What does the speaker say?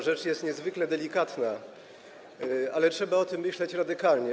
Rzecz jest niezwykle delikatna, ale trzeba o tym myśleć radykalnie.